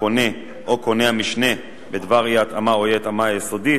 הקונה או קונה המשנה בדבר אי-ההתאמה או אי-ההתאמה היסודית,